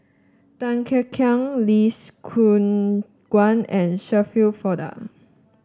Tan Kek Hiang Lee Choon Guan and Shirin Fozdar